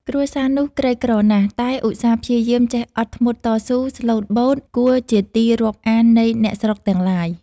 គ្រួសារនោះក្រីក្រណាស់ តែឧស្សាហ៍ ព្យាយាម ចេះអត់ធ្មត់តស៊ូ ស្លូតបូត គួរជាទីរាប់អាននៃ អ្នកស្រុកទាំងឡាយ ។